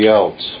else